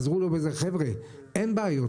חבר'ה, אין בעיות.